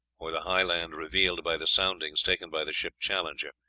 or the high land revealed by the soundings taken by the ship challenger,